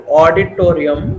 auditorium